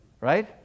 right